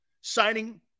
Signing